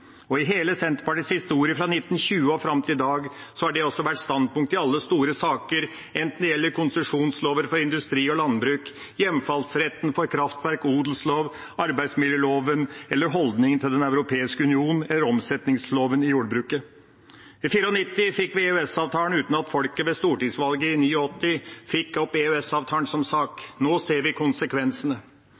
I hele Senterpartiets historie, fra 1920 og fram til i dag, har det også vært standpunktet i alle store saker, enten det gjelder konsesjonslover for industri og landbruk, hjemfallsretten for kraftverk, odelsloven, arbeidsmiljøloven, holdningen til Den europeiske union eller omsetningsloven i jordbruket. I 1994 fikk vi EØS-avtalen, uten at folket ved stortingsvalget i 1989 fikk opp EØS-avtalen som sak. Nå ser vi konsekvensene.